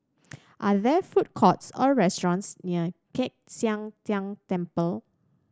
are there food courts or restaurants near Chek Sian Tng Temple